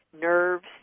nerves